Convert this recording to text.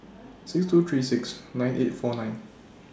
six two three six nine eight four nine